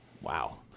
wow